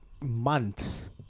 months